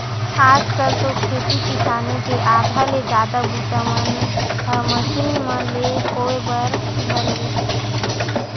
आज कल तो खेती किसानी के आधा ले जादा बूता मन ह मसीन मन ले होय बर धर ले हे